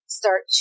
start